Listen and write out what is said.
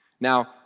Now